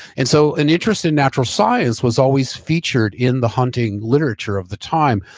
and so an interest in natural science was always featured in the hunting literature of the time,